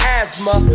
asthma